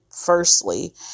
Firstly